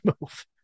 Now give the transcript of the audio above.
move